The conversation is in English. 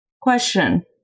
Question